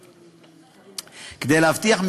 רק להודות,